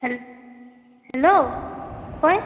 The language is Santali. ᱦᱮᱞᱳ ᱚᱠᱚᱭ